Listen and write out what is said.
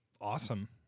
Awesome